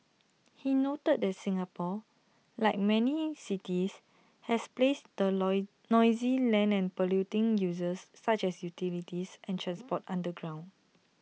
he noted that Singapore like many cities has placed the noise noisy and polluting uses such as utilities and transport underground